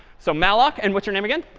so malloc. and what's your name again?